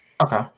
okay